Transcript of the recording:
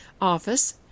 office